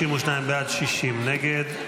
52 בעד, 60 נגד.